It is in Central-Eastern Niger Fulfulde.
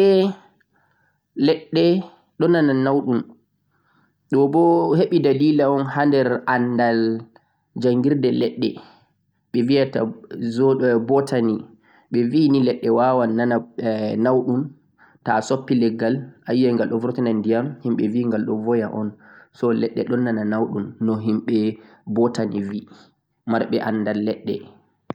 Ae leɗɗe ɗon nana nauɗun ngam andal jangirde leɗɗe holli bannii. Ta'a soppi leggal ayiyai ngal ɗon vurtina ndiyam